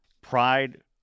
Pride